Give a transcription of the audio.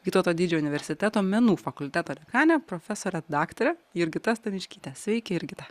vytauto didžiojo universiteto menų fakulteto dekane profesore daktare jurgita staniškyte sveiki jurgita